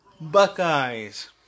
Buckeyes